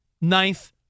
ninth